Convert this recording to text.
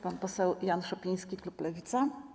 Pan poseł Jan Szopiński, klub Lewica.